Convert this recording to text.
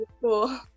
cool